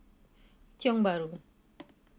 tiong bahru